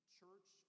church